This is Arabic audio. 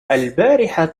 البارحة